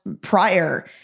prior